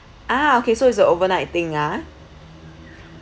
a'ah okay so it's a overnight thing a'ah